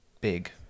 big